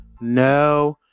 no